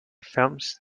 films